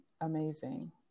amazing